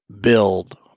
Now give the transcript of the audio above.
build